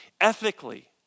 Ethically